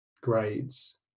grades